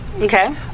Okay